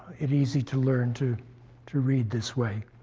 it easy to learn to to read this way,